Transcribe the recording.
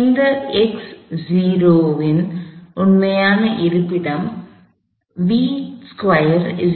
இந்த வின் உண்மையான இருப்பிடம் இந்த